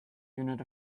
unit